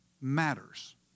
matters